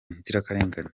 nzirakarengane